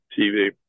TV